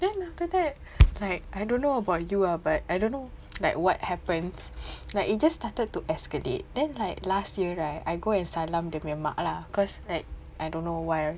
then after that like I don't know about you ah but I don't know like what happened like it just started to escalate then like last year right I go and salam dia punya mak lah cause like I don't know why